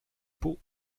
pot